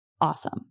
awesome